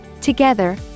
Together